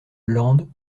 landes